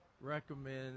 recommend